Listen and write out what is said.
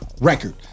record